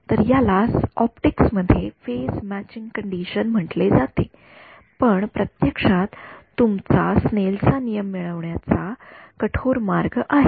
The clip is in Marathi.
तर यालाच ऑप्टिक्स मध्ये फेज मॅचिंग कंडिशन म्हटले जाते हा प्रत्यक्षात तुमचा स्नेल चा नियम मिळवण्याचा कठोर मार्ग आहे